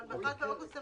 אבל אחד באוגוסט זה